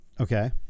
Okay